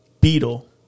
beetle